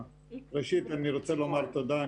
ראשית אני רוצה לומר תודה.